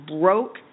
broke